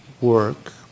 work